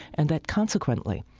and that, consequently,